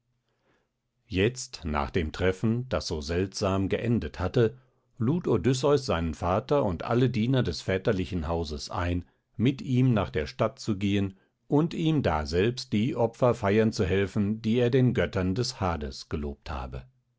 jetzt nach dem treffen das so seltsam geendet hatte lud odysseus seinen vater und alle diener des väterlichen hauses ein mit ihm nach der stadt zu gehen und ihm daselbst die opfer feiern zu helfen die er den göttern des hades gelobt habe